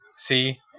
See